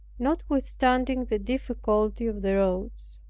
notwithstanding the difficulty of the roads.